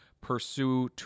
pursue